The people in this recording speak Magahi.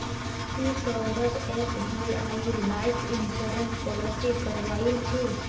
की Saurabh SBI life insurance policy करवइल छि